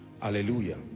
Hallelujah